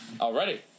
Already